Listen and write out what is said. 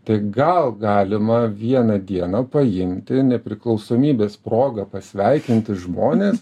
tai gal galima vieną dieną paimti nepriklausomybės proga pasveikinti žmones